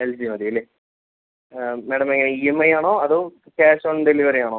L G മതി അല്ലേ madam എങ്ങനെയാണ് ഇ എം ഐ ആണോ അതോ ക്യാഷ് ഓൺ ഡെലിവറി ആണോ